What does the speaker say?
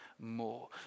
more